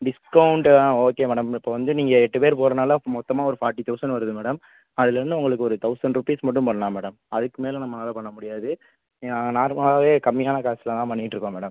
discount ஆ okay madam இப்போ வந்து நீங்கள் எட்டு பேரு போகிறதுனா மொத்தமாக ஒரு ஃபாட்டி தௌசண்ட் வருது மேடம் அதுலேருந்து உங்களுக்கு ஒரு தௌசண்ட் ருப்பீஸ் மட்டும் பண்ணலாம் மேடம் அதுக்கு மேலே நம்மளால் பண்ண முடியாது நார்மலாகவே கம்மியான காசில் தான் பண்ணிக்கிட்டுருக்கோம் மேடம்